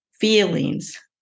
feelings